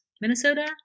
Minnesota